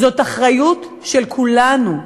זאת אחריות של כולנו,